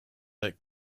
that